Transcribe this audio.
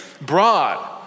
broad